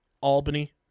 Albany